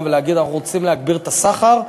ולהגיד: אנחנו רוצים להגביר את הסחר,